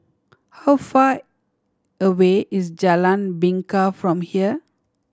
how far away is Jalan Bingka from here